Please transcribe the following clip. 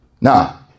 Now